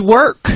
work